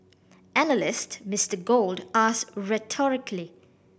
analyst Mister Gold asked rhetorically